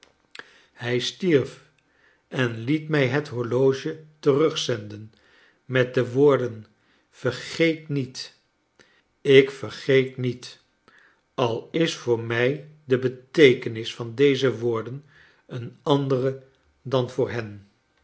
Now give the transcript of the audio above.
hij stierf en liet mij het horloge terugzenden met de woorden vergeet niet ik vergeet niet al is voor mij de beteekenis van deze woorden een andere dan voor hen